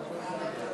וביטחון.